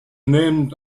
named